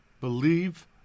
Believe